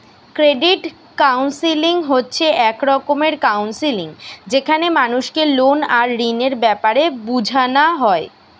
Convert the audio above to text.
credit counselling হচ্ছে এক রকমের কাউন্সেলিং যেখানে মানুষকে লোন আর ঋণের বেপারে বুঝানা হয়